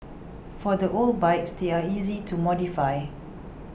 for the old bikes they're easy to modify